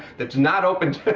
that's not open to. but